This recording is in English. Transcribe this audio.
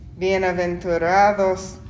Bienaventurados